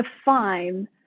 define